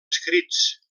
escrits